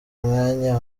umwanya